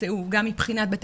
גם מבחינת ליקויי בטיחות שנמצאו,